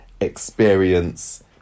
experience